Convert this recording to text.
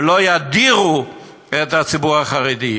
ולא ידירו את הציבור החרדי.